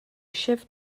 chef